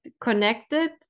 connected